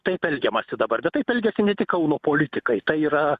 taip elgiamasi dabar bet taip elgiasi ne tik kauno politikai tai yra